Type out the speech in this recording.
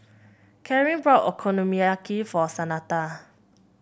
Kareen bought Okonomiyaki for